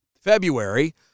February